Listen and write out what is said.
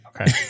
Okay